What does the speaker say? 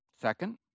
Second